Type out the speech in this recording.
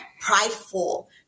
prideful